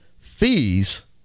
fees